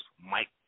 Mike